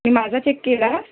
मी माझा चेक केला